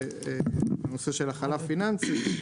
בנושא של הכלה פיננסית.